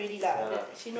yeah lah